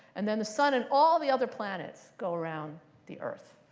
and then the sun and all the other planets go around the earth.